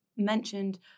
mentioned